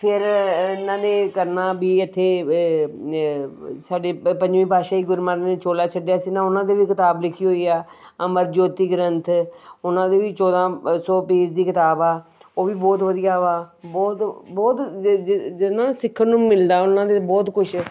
ਫਿਰ ਇਹਨਾਂ ਨੇ ਕਰਨਾ ਵੀ ਇੱਥੇ ਵ ਸਾਡੇ ਪੰਜਵੀਂ ਪਾਤਸ਼ਾਹੀ ਗੁਰੂ ਮਹਾਰਾਜ ਨੇ ਚੋਲਾ ਛੱਡਿਆ ਸੀ ਨਾ ਉਹਨਾਂ ਦੇ ਵੀ ਕਿਤਾਬ ਲਿਖੀ ਹੋਈ ਆ ਅਮਰਜੋਤੀ ਗ੍ਰੰਥ ਉਹਨਾਂ ਦੇ ਵੀ ਚੌਦ੍ਹਾਂ ਸੌ ਪੇਸ ਦੀ ਕਿਤਾਬ ਆ ਉਹ ਵੀ ਬਹੁਤ ਵਧੀਆ ਵਾ ਬਹੁਤ ਬਹੁਤ ਜਿੰਨਾ ਸਿੱਖਣ ਨੂੰ ਮਿਲਦਾ ਉਹਨਾਂ ਦੇ ਬਹੁਤ ਕੁਝ